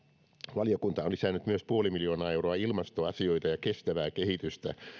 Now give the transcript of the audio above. valiokunta on myös lisännyt nolla pilkku viisi miljoonaa euroa ilmastoasioita ja kestävää kehitystä